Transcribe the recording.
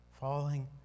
Falling